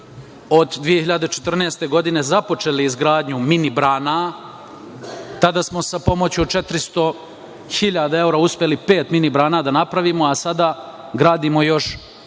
od 2014. godine započeli izgradnju mini brana. Tada smo sa pomoću 400.000 evra uspeli pet mini brana da napravimo, a sada gradimo još